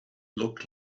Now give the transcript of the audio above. looked